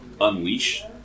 unleash